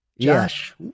Josh